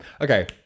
okay